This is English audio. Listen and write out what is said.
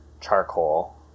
charcoal